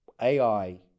ai